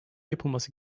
yapılması